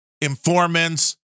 informants